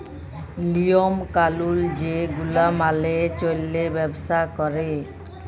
লিওম কালুল যে গুলা মালে চল্যে ব্যবসা ক্যরে